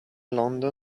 london